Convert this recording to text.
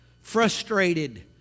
Frustrated